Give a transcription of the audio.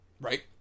Right